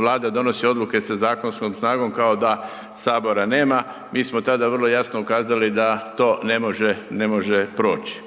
Vlada donosi odluke sa zakonskom snagom, kao da Sabora nema. Mi smo tada vrlo jasno ukazali da to ne može proći.